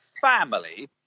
family